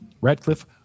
Radcliffe